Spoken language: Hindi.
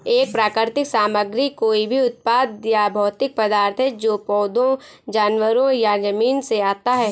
एक प्राकृतिक सामग्री कोई भी उत्पाद या भौतिक पदार्थ है जो पौधों, जानवरों या जमीन से आता है